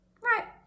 Right